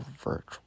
virtual